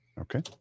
Okay